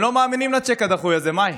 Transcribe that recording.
הם לא מאמינים לצ'ק הדחוי הזה, מאי.